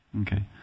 Okay